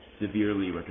severely